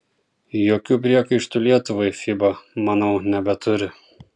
jokių priekaištų lietuvai fiba manau nebeturi